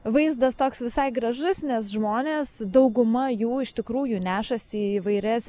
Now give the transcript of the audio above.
vaizdas toks visai gražus nes žmonės dauguma jų iš tikrųjų nešasi įvairias